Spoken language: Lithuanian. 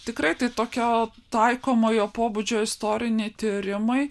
tikrai tai tokio taikomojo pobūdžio istoriniai tyrimai